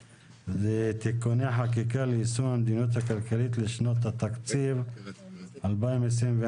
(תיקוני חקיקה ליישום המדיניות הכלכלית לשנות התקציב 2021 ו-2022),